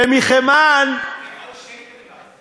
זה עוד שקר גס.